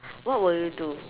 what will you do